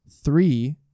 three